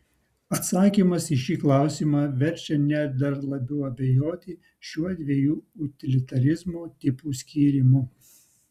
atsakymas į šį klausimą verčia net dar labiau abejoti šiuo dviejų utilitarizmo tipų skyrimu